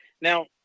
now